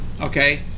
okay